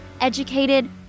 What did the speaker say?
educated